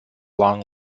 long